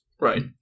Right